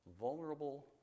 vulnerable